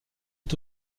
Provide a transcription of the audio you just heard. est